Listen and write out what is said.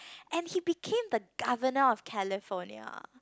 and he became the governor of California